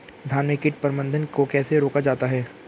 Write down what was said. धान में कीट प्रबंधन को कैसे रोका जाता है?